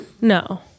No